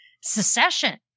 secession